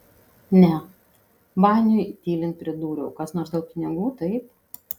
ne baniui tylint pridūriau kas nors dėl pinigų taip